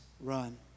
run